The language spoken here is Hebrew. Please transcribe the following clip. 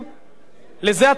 לזה אתה רוצה לחזור?